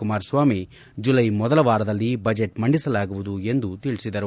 Kumaraswamy July ಮೊದಲ ವಾರದಲ್ಲಿ budget ಮಂಡಿಸಲಾಗುವುದು ಎಂದು ತಿಳಿಸಿದರು